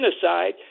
genocide